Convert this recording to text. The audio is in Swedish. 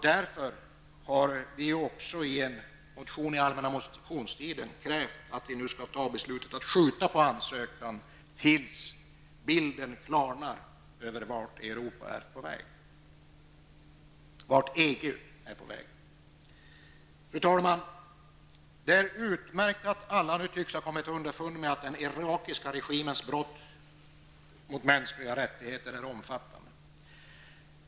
Därför har vi i en motion under allmänna motionstiden krävt att riksdagen skall fatta beslut om att skjuta på ansökan tills bilden över vart EG är på väg klarnar. Fru talman! Det är utmärkt att alla nu tycks ha kommit underfund med att den Irakiska regimens brott mot mänskliga rättigheter är omfattande.